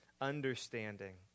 understanding